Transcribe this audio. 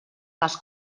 les